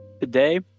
Today